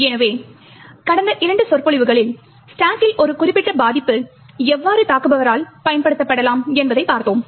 எனவே கடந்த இரண்டு சொற்பொழிவுகளில் ஸ்டாக்கில் ஒரு குறிப்பிட்ட பாதிப்பு எவ்வாறு தாக்குபவரால் பயன்படுத்தப்படலாம் என்பதைப் பார்த்தோம்